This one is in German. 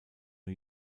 new